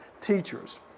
teachers